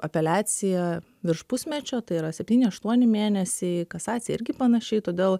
apeliacija virš pusmečio tai yra septyni aštuoni mėnesiai kasacija irgi panašiai todėl